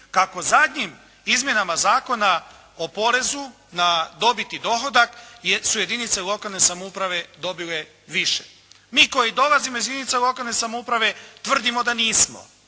kako zadnjim izmjenama Zakona o porezu na dobit i dohodak jer su jedinice lokalne samouprave dobile više. Mi koji dolazimo iz jedinica lokalne samouprave tvrdimo da nismo